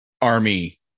Army